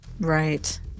right